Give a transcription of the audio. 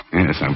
yes